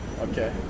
Okay